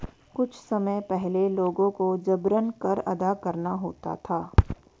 कुछ समय पहले लोगों को जबरन कर अदा करना होता था